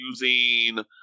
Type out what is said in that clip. using